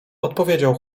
odpowiedział